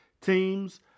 teams